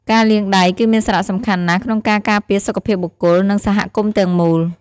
ការលាងដៃ គឺមានសារៈសំខាន់ណាស់ក្នុងការការពារសុខភាពបុគ្គល និងសហគមន៍ទាំងមូល។